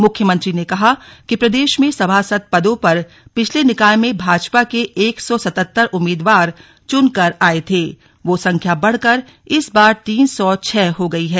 मुख्यमंत्री ने कहा कि प्रदेश में सभासद पदों पर पिछले निकाय में भाजपा के एक सौ सतत्तर उम्मीदवार चुन कर आये थे वो संख्या बढ़कर इस बार तीन सौ छह हो गई है